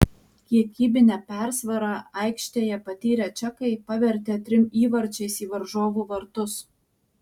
kiekybinę persvarą aikštėje patyrę čekai pavertė trim įvarčiais į varžovų vartus